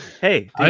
Hey